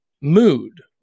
mood